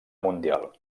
mundial